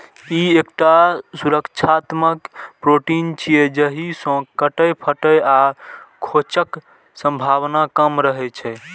ई एकटा सुरक्षात्मक प्रोटीन छियै, जाहि सं कटै, फटै आ खोंचक संभावना कम रहै छै